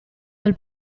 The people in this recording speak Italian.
del